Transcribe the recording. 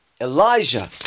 Elijah